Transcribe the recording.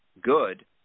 good